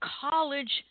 college